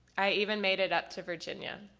i even made it up to virginia.